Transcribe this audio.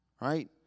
Right